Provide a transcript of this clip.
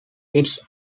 its